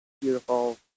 beautiful